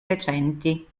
recenti